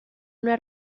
una